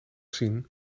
zien